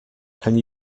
can